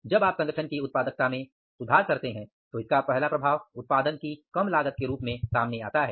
जब आप संगठन की उत्पादकता में सुधार करते हैं तो इसका पहला प्रभाव उत्पादन की कम लागत के रूप में सामने आता है